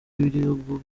y’ibihugu